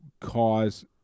cause